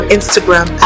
Instagram